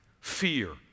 fear